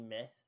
miss